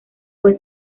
fue